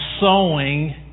sowing